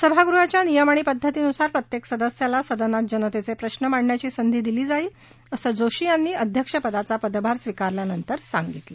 सभागृहाच्या नियम आणि पद्धतीनुसार प्रत्येक सदस्याला सदनात जनतेचे प्रश्र मांडण्याची संधी दिली जाईल असं जोशी यांनी अध्यक्ष पदाचा पदभार स्विकारल्यानंतर सांगितलं